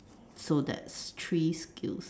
so that's three skills